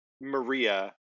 Maria